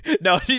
No